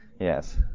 Yes